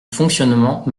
fonctionnement